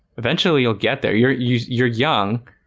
eventually. you'll get there. you're you're you're young